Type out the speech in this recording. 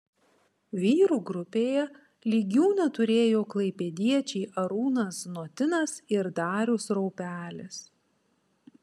vyrų grupėje lygių neturėjo klaipėdiečiai arūnas znotinas ir darius raupelis